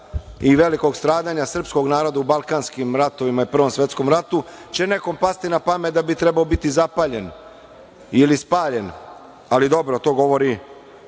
i velikog stradanja srpskog naroda u balkanskim ratovima i Prvom svetskom ratu će nekom pasti na pamet da bi trebao biti zapaljen ili spaljen, ali dobro to govori